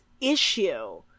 issue